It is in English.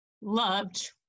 loved